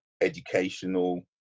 educational